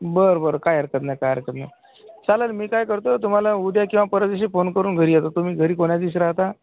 बरं बरं काय हरकत नाही काय हरकत नाही चालेल मी काय करतो तुम्हाला उद्या किंवा परवा दिवशी फोन करून घरी येतो तुम्ही घरी कोण्यादिवशी राहता